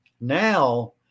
Now